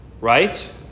right